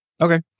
Okay